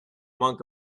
monk